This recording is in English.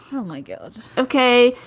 oh, my god. okay.